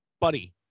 buddy